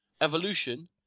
Evolution